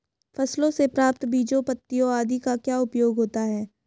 फसलों से प्राप्त बीजों पत्तियों आदि का क्या उपयोग होता है?